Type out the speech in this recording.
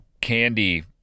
candy